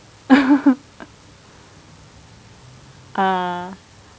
ah